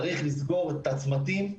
צריך לסגור את הצמתים,